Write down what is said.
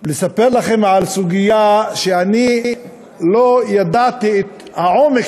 ולספר לכם על סוגיה שאני לא ידעתי את העומק